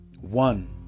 One